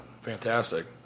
Fantastic